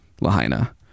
Lahaina